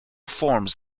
forms